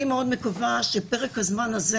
אני חושבת שפרק הזמן הזה